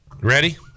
Ready